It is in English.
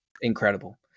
incredible